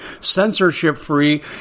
censorship-free